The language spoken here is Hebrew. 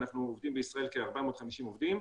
אנחנו עובדים בישראל כ-450 עובדים,